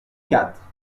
quatre